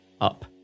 up